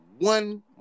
one